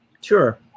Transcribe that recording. Sure